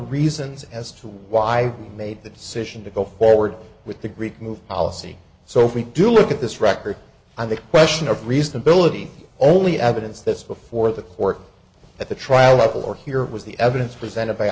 reasons as to why i made the decision to go forward with the great move i'll see so if we do look at this record on the question of reasonability only evidence that's before the court at the trial level or here it was the evidence presented by